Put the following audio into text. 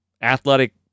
athletic